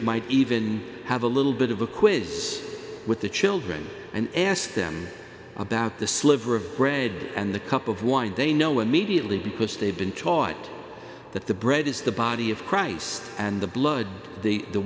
might even have a little bit of a quiz with the children and ask them about the sliver of bread and the cup of wine they know one mediately because they've been taught that the bread is the body of christ and the blood the